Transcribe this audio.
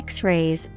X-rays